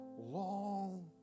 long